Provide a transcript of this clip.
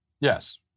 Yes